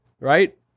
right